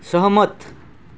सहमत